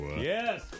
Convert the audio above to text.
Yes